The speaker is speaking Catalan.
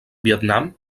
vietnam